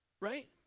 Right